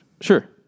Sure